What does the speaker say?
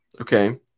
okay